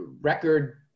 record –